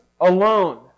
alone